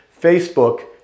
Facebook